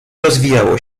rozwijało